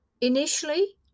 Initially